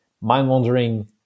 mind-wandering